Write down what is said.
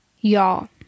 Y'all